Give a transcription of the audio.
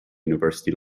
university